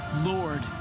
Lord